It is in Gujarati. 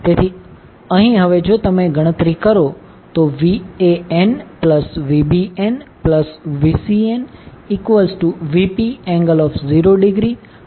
તેથી અહીં હવે જો તમે ગણતરી કરો તો VanVbnVcnVp∠0°Vp∠ 120°Vp∠120° Vp1 0